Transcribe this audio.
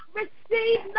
receive